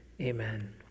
Amen